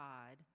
God